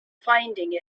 finding